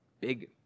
big